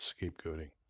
scapegoating